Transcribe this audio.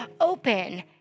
open